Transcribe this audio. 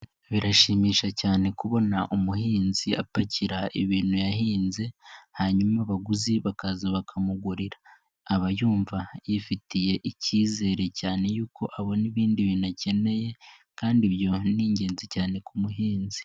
Birashimisha cyane kubona umuhinzi apacyira ibintu yahinze hanyuma abaguzi bakaza bakamugurira aba yumva yifitiye icyizere kuko abona ibindi bintu acyeneye kandi ibyo ni ingenzi ku muhinzi.